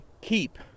keep